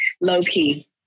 Low-key